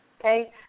Okay